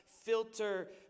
filter